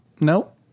nope